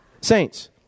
saints